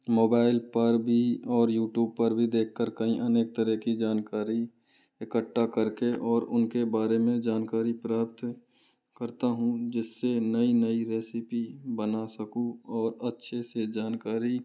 mobile पर भी और यूट्यूब पर भी देख कर कई अनेक तरह की जानकारी इकट्ठा कर के और उन के बारे में जानकारी प्राप्त करता हूँ जिस से नई नई रेसिपी बना सकूँ और अच्छे से जानकारी